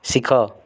ଶିଖ